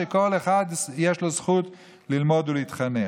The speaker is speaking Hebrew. שכל אחד יש לו זכות ללמוד ולהתחנך.